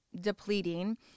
depleting